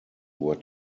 were